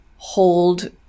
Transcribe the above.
hold